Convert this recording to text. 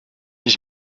ich